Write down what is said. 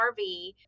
RV